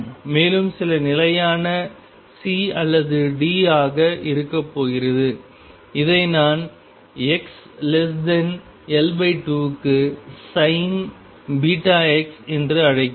மேலும் சில நிலையான C அல்லது D ஆக இருக்கப்போகிறது இதை நான் xL2 க்கு sin βx என்று அழைக்கிறேன்